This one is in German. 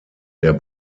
der